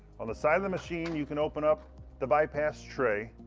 on the side of the machine, you can open up the bypass tray.